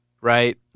right